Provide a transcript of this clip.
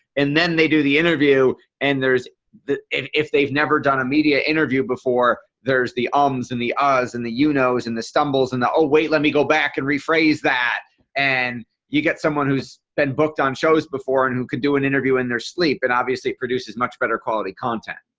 and then they do the interview and there's if if they've never done a media interview before there's the ums ums and the us and the you knows and the stumbles and the oh wait let me go back and rephrase that and you get someone who's been booked on shows before and who could do an interview in their sleep and obviously produces much better quality content.